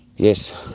Yes